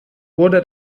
wurde